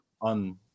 on